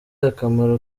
akamaro